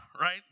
right